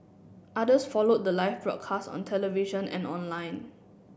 others followed the live broadcast on television and online